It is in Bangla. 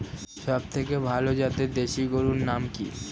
সবথেকে ভালো জাতের দেশি গরুর নাম কি?